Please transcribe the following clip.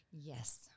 Yes